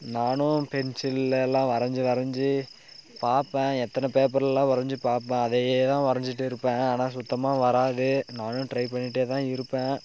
நானும் பென்சில்லேலான் வரைஞ்சி வரைஞ்சி பாப்பேன் எத்தன பேப்பர்லான் வரைஞ்சி பாப்பேன் அதையேதான் வரைஞ்சிட்டே இருப்பேன் ஆனா சுத்தமா வராது நானும் ட்ரை பண்ணிகிட்டேதான் இருப்பேன்